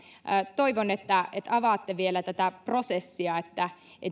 toivon että avaatte vielä tätä prosessia että